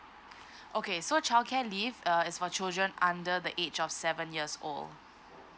okay so childcare leave uh is for children under the age of seven years old